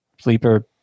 sleeper